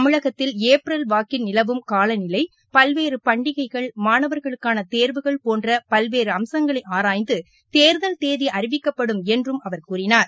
தமிழகத்தில் ஏப்ரல் வாக்கில் நிலவும் காலநிலை பல்வேறு பண்டிகைகள் மாணவர்களுக்கான தேர்வுகள் போன்ற பல்வேறு அம்சங்களை ஆராய்ந்து தேர்தல் தேதி அறிவிக்கப்படும் என்று அவர் கூறினார்